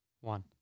one